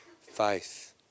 faith